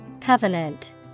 Covenant